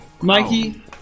Mikey